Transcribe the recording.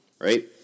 right